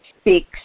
speaks